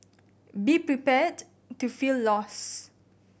be prepared to feel lost